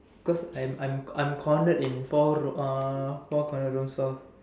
because I'm I'm I'm cornered in four ro uh four cornered room so